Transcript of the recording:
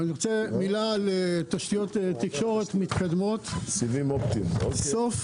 רוצה לומר מילה על תשתיות תקשורת מתקדמות בסוף